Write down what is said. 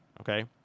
okay